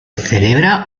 celebra